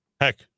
Heck